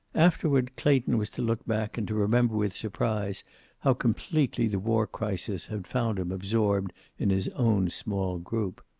afterward clayton was to look back and to remember with surprise how completely the war crisis had found him absorbed in his own small group.